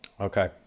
Okay